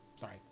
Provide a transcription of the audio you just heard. Sorry